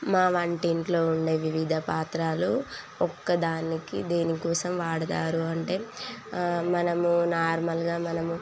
మా వంటింట్లో ఉండే వివిధ పాత్రలు ఒక్క దానికి దేని కోసం వాడతారు అంటే మనము నార్మల్గా మనము